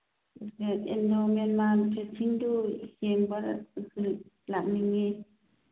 Indo Myanmar ꯐꯦꯟꯁꯤꯡꯗꯨ ꯌꯦꯡꯕ ꯂꯥꯛꯅꯤꯡꯏ